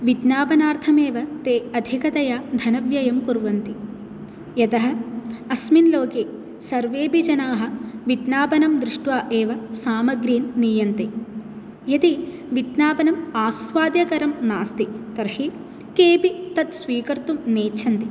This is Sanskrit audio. विज्ञापनार्थमेव ते अधिकतया धनव्ययं कुर्वन्ति यतः अस्मिन् लोके सर्वेपि जनाः विज्ञापनं दृष्ट्वा एव सामग्रीन् नीयन्ते यदि विज्ञापनम् आस्वाद्यकरं नास्ति तर्हि केऽपि तत्स्वीकर्तुं नेच्छन्ति